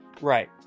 right